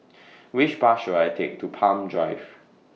Which Bus should I Take to Palm Drive